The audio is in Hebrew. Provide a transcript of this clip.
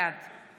בעד